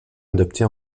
adopté